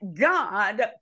God